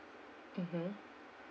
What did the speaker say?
mmhmm